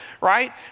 right